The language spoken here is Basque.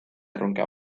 erronka